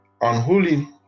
Unholy